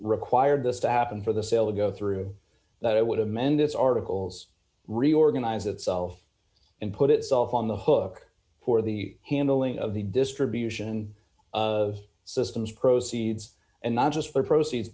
required this to happen for the sale go through that it would have meant this articles reorganize itself and put itself on the hook for the handling of the distribution of systems proceeds and not just for proceeds